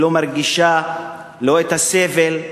ולא מרגישה את הסבל,